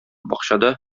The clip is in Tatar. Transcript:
бакчада